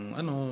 ano